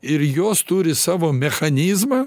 ir jos turi savo mechanizmą